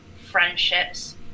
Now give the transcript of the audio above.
friendships